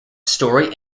story